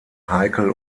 heikel